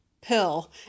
pill